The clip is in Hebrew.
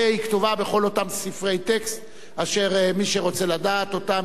הרי היא כתובה בכל אותם ספרי טקסט אשר מי שרוצה לדעת אותם